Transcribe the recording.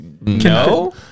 No